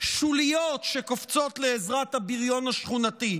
שוליות שקופצות לעזרת הבריון השכונתי.